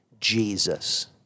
Jesus